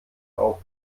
auf